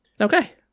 Okay